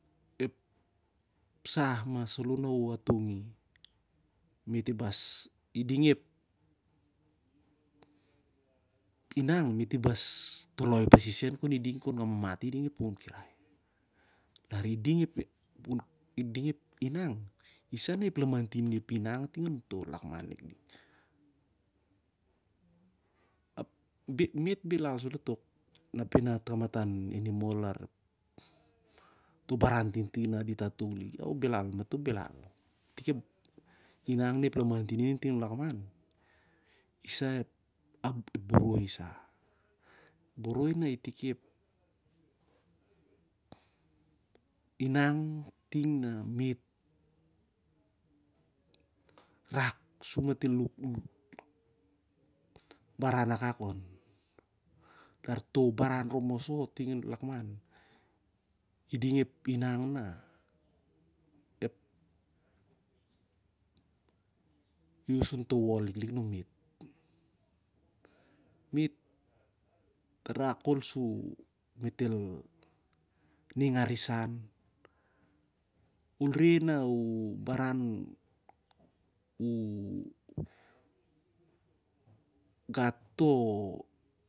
Sah masaloh na ol atong i. Iding ep inang, mato bas toloi pasi sen iding kon amamati iding a pukun kirai. Lari ding ep inan, isah na ep lamanting im, ep inang ting onto lakman liklik. Ap me't bhelal saloh na peh tok kamatan animal na toh baran tintin na dit a tong liki, a woh, mato bhelal. Itik ep inang na ep laantin in- ting lon lakman isah ep boroi sah. Boroi na itik ep inang ting na me't rak sur matol baran akak on. Lar toh baran rop moso ting an lakman, iding ep inang na ep use onto wol liklik anum me't. Me't rak khol sur ning arisan, ol reh na u gati toh inang lilik